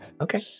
Okay